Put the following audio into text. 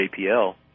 JPL